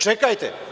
Čekajte.